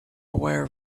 aware